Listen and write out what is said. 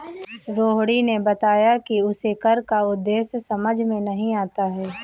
रोहिणी ने बताया कि उसे कर का उद्देश्य समझ में नहीं आता है